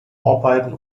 arbeiten